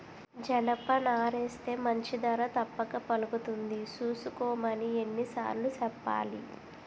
జనపనారేస్తే మంచి ధర తప్పక పలుకుతుంది సూసుకోమని ఎన్ని సార్లు సెప్పాలి?